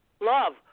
Love